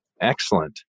Excellent